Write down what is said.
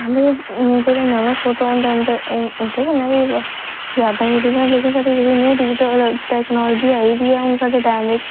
जेह्ड़े जेह्ड़े नमें फोटो होंदे न ते उंदे कन्नै बी यादां जुड़ी दी होंदी न लेकिन साढ़े जेह्ड़े न्यू डिजिटल टैकॅनालिजी आई दी ऐ हून साढ़े दे टैम च